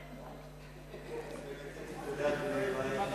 צריך באמת להיפרד בבית מלא.